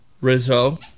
Rizzo